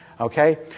okay